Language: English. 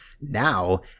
Now